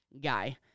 guy